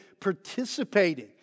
participating